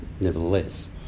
nevertheless